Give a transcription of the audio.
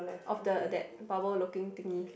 of the that bubble looking thingy